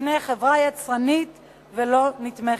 ותבנה חברה יצרנית ולא נתמכת.